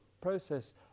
process